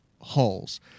hulls